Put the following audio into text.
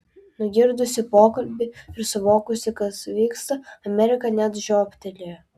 nugirdusi pokalbį ir suvokusi kas vyksta amerika net žiobtelėjo